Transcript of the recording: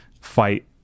fight